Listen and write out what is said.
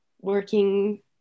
working